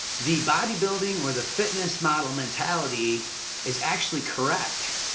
the bodybuilding or the fitness model mentality is actually correct,